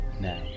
now